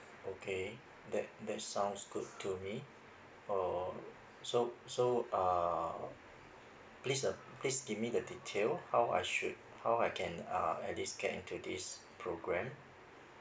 okay that that sounds good to me oh so so uh please uh please give me the detail how I should how I can uh at least get into this program